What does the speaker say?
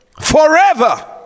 forever